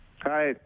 Hi